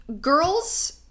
girls